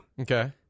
Okay